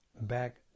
back